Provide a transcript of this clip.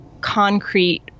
concrete